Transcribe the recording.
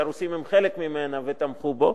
שהרוסים הם חלק ממנו ותמכו בו,